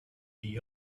the